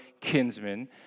kinsmen